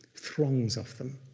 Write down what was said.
throngs of them.